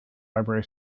library